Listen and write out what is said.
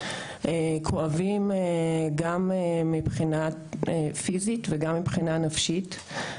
כואבים גם מבחינה פיזית וגם מבחינה נפשית.